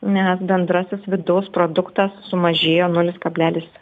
nes bendrasis vidaus produktas sumažėjo nulis kablelis